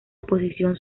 oposición